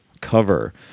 cover